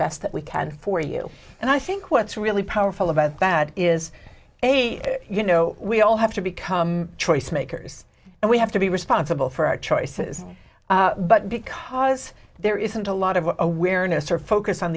best that we can for you and i think what's really powerful about bad is you know we all have to become choice makers and we have to be responsible for our choices but because there isn't a lot of awareness or focus on